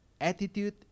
Attitude